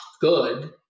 good